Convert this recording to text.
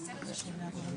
רצינו להביא